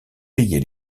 payer